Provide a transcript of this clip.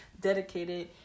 dedicated